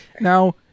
Now